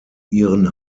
ihren